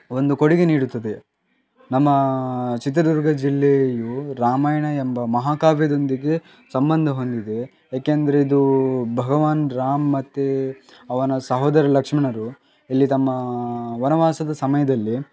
ಒಂದು ಕೊಡುಗೆ ನೀಡುತ್ತದೆ ನಮ್ಮ ಚಿತ್ರದುರ್ಗ ಜಿಲ್ಲೆಯು ರಾಮಾಯಣ ಎಂಬ ಮಹಾಕಾವ್ಯದೊಂದಿಗೆ ಸಂಬಂಧ ಹೊಂದಿದೆ ಯಾಕೆಂದರೆ ಇದು ಭಗವಾನ್ ರಾಮ ಮತ್ತು ಅವನ ಸಹೋದರ ಲಕ್ಷ್ಮಣರು ಇಲ್ಲಿ ತಮ್ಮ ವನವಾಸದ ಸಮಯದಲ್ಲಿ